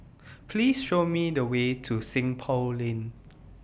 Please Show Me The Way to Seng Poh Lane